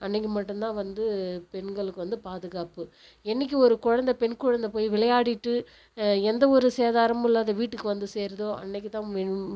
அன்றைக்கு மட்டுந்தான் வந்து பெண்களுக்கு வந்து பாதுகாப்பு என்றைக்கி ஒரு குழந்த பெண் குழந்தை போய் விளையாடிட்டு எந்த ஒரு சேதாரமும் இல்லாத வீட்டுக்கு வந்து சேருதோ அன்றைக்கி தான் மென்